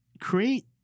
create